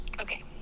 okay